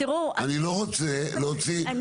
אני לא רוצה להוציא,